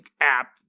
app